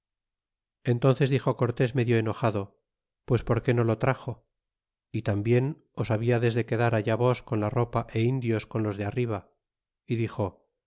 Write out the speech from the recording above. entbnces dixo cortés medio enojado pues por qué no lo traxo y tambien os hablades de quedar allá vos con la ropa é indios con los de arriba é dixo